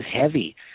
heavy